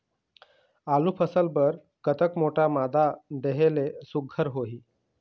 आलू फसल बर कतक मोटा मादा देहे ले सुघ्घर होही?